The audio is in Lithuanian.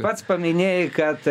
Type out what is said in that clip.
pats paminėjai kad